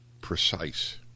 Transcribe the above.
precise